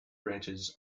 branches